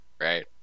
right